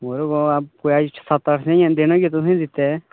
ओहदे कोला सत्त अट्ठ दिन होई गे तुसेंगी दित्ते दे